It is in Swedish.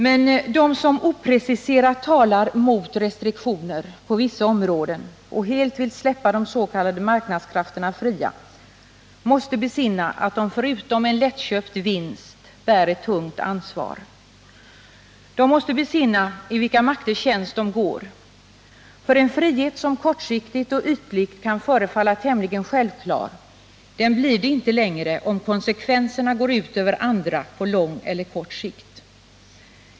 Men de som opreciserat talar mot restriktioner på vissa områden och helt vill släppa de s.k. marknadskrafterna fria måste besinna att de förutom en lättköpt vinst får ett tungt ansvar. De måste besinna i vilka makters tjänst de går. En frihet som kortsiktigt och ytligt kan förefalla tämligen självklar blir det inte längre, om konsekvenserna går ut över andra på lång eller kort sikt.